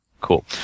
Cool